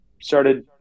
started